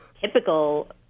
typical